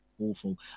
awful